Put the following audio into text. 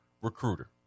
recruiter